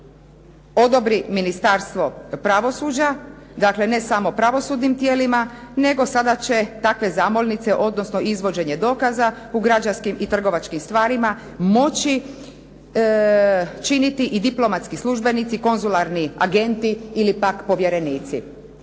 odobri Ministarstvo pravosuđa, dakle ne samo pravosudnim tijelima nego sada će takve zamolnice, odnosno izvođenje dokaza u građanskim i trgovačkim stvarima moći činiti i diplomatski službenici, konzularni agenti ili pak povjerenici.